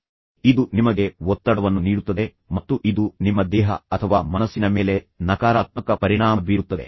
ಇದು ನಿಮಗೆ ಚಿಂತೆಯನ್ನು ನೀಡುತ್ತದೆ ಇದು ನಿಮಗೆ ಒತ್ತಡವನ್ನು ನೀಡುತ್ತದೆ ಮತ್ತು ಇದು ನಿಮ್ಮ ದೇಹ ಅಥವಾ ಮನಸ್ಸಿನ ಮೇಲೆ ನಕಾರಾತ್ಮಕ ಪರಿಣಾಮ ಬೀರುತ್ತದೆ